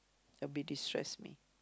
it'll be destress me